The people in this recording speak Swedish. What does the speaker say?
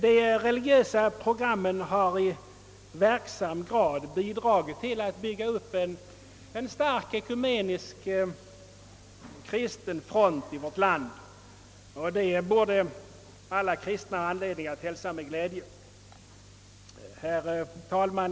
De religiösa programmen har i verksam grad bidragit till att bygga upp en stark ekumenisk kristen front i vårt land, och detta borde alla kristna ha anledning att hälsa med glädje. Herr talman!